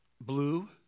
blue